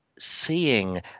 seeing